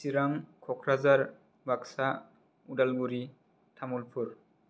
Chirang Kokrajhar Baksa Udalguri Tamulpur